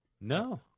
No